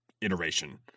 iteration